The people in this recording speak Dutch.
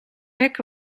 hek